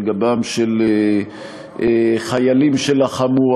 על גבם של חיילים שלחמו,